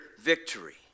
victory